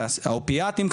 האופיאטים,